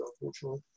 unfortunately